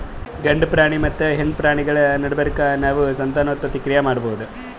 ಗಂಡ ಪ್ರಾಣಿ ಮತ್ತ್ ಹೆಣ್ಣ್ ಪ್ರಾಣಿಗಳ್ ನಡಬರ್ಕ್ ನಾವ್ ಸಂತಾನೋತ್ಪತ್ತಿ ಕ್ರಿಯೆ ಮಾಡಬಹುದ್